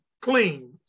clean